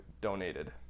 donated